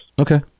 Okay